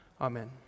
Amen